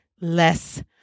less